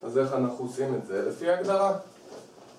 אז איך אנחנו עושים את זה לפי הגדרה?